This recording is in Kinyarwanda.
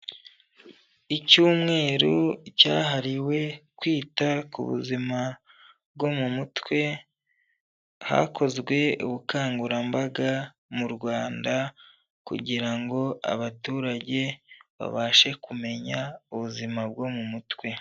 Icyumweru cyahariwe kwita ku buzima bwo mu mutwe, hakozwe ubukangurambaga mu Rwanda kugira ngo abaturage babashe kumenya ubuzima bwo mu mutwe.